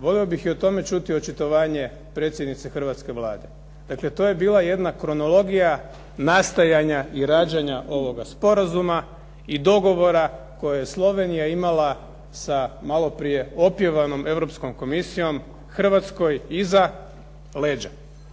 volio bih i o tome čuti očitovanje predsjednice hrvatske Vlade. Dakle, to je bila jedna kronologija nastajanja i rađanja ovoga sporazuma i dogovora koje je Slovenija imala sa maloprije opjevanom Europskom komisijom, Hrvatskoj iza leđa.